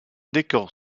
décor